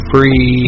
Free